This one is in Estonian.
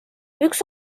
üks